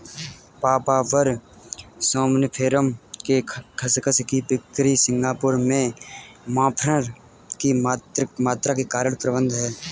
papaver somniferum के खसखस की बिक्री सिंगापुर में मॉर्फिन की मात्रा के कारण प्रतिबंधित है